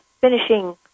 finishing